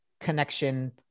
connection